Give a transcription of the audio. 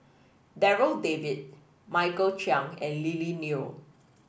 Darryl David Michael Chiang and Lily Neo